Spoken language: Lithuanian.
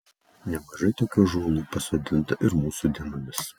nemažai tokių ąžuolų pasodinta ir mūsų dienomis